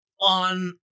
on